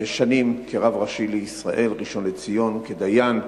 שנים רב ראשי לישראל, ראשון לציון, כדיין.